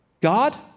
God